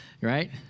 right